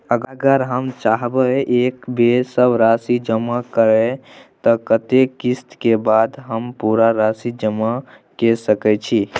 अगर हम चाहबे एक बेर सब राशि जमा करे त कत्ते किस्त के बाद हम पूरा राशि जमा के सके छि?